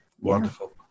wonderful